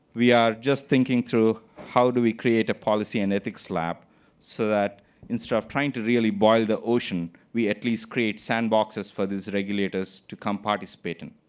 we are just thinking through how do we create a policy and ethics lab so that instead of trying to really boil the ocean, we at least create sand boxes for these regulators to come participate in.